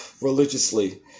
religiously